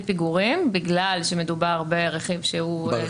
פיגורים בגלל שמדובר ברכיב שהוא של נפגע עבירה.